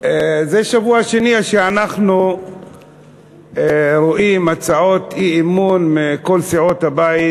זה שבוע שני שאנחנו רואים הצעות אי-אמון מכל סיעות הבית